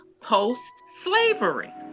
post-slavery